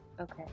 Okay